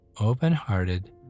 open-hearted